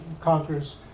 conquers